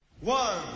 One